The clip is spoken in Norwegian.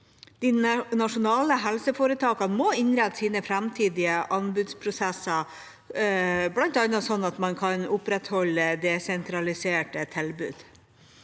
De nasjonale helseforetakene må innrette sine framtidige anbudsprosesser bl.a. sånn at man kan opprettholde desentraliserte tilbud.